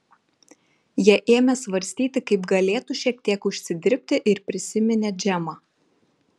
jie ėmė svarstyti kaip galėtų šiek tiek užsidirbti ir prisiminė džemą